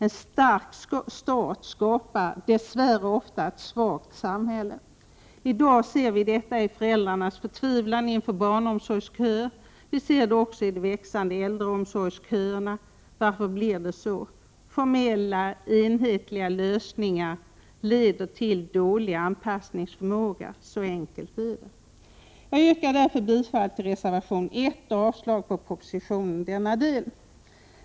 En stark stat skapar dess värre ofta ett svagt samhälle. I dag ser vi detta i föräldrars förtvivlan inför barnomsorgsköer. Vi ser det också i de växande äldreomsorgsköerna. Varför blir det så? Formella, enhetliga lösningar leder till dålig anpassningsförmåga. Så enkelt är det. Jag yrkar bifall till reservation 1 och avslag på propositionen i denna del.